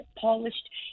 polished